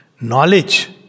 Knowledge